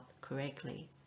correctly